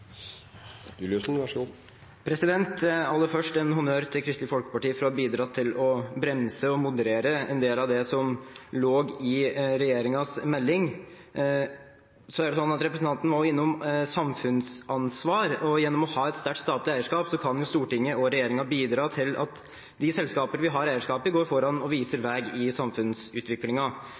en honnør til Kristelig Folkeparti for å ha bidratt til å bremse og moderere en del av det som lå i regjeringens melding. Representanten Hjemdal var innom samfunnsansvar, og gjennom å ha et sterkt statlig eierskap kan Stortinget og regjeringen bidra til at de selskaper vi har eierskap i, går foran og viser